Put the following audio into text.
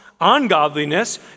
ungodliness